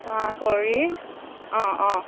সেৱা কৰি অঁ অঁ